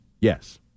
Yes